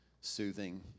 soothing